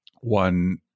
one